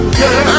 girl